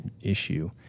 issue